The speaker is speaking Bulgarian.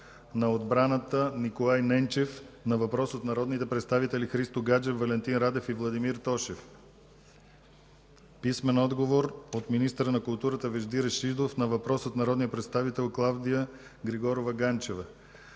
на отбраната Николай Ненчев на въпрос от народните представители Христо Гаджев, Валентин Радев и Владимир Тошев; - министъра на културата Вежди Рашидов на въпрос от народния представител Клавдия Григорова Ганчева;